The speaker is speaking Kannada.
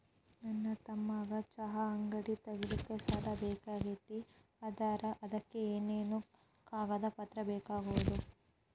ನನ್ನ ತಮ್ಮಗ ಚಹಾ ಅಂಗಡಿ ತಗಿಲಿಕ್ಕೆ ಸಾಲ ಬೇಕಾಗೆದ್ರಿ ಅದಕ ಏನೇನು ಕಾಗದ ಪತ್ರ ಬೇಕಾಗ್ತವು?